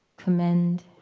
commend